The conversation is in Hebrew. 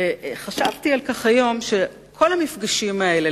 חשבתי היום על כך שכל המפגשים האלה,